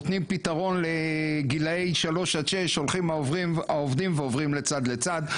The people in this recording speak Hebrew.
נותנים פתרון לגילאי 3 עד 6 הולכים העובדים ועוברים צד לצד,